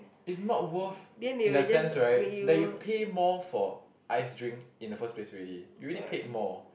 it's not worth in the sense right that you pay more for ice drink in the first place already you already paid more